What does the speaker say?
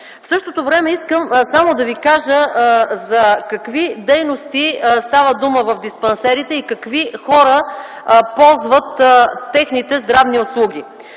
В същото време искам само да Ви кажа за какви дейности става дума в диспансерите и какви хора ползват техните здравни услуги.